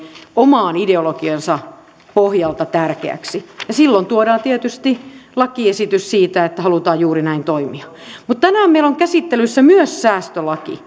oman ideologiansa pohjalta tärkeäksi ja silloin tuodaan tietysti lakiesitys siitä että halutaan juuri näin toimia mutta tänään meillä on käsittelyssä myös säästölaki